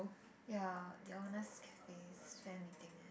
ya they organize cafes fan meeting eh